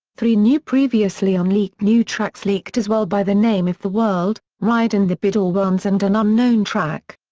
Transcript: three new previously unleaked new tracks leaked as well by the name if the world, rhiad and the beduoins and an unknown track.